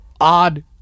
odd